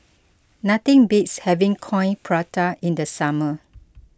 nothing beats having Coin Prata in the summer